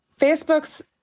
Facebook's